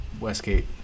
Westgate